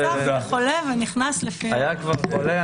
היה כבר חולה.